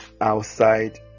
outside